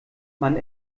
man